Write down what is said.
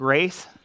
grace